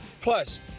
Plus